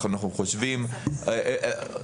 התשע"ו-2016.